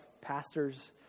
pastors